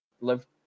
live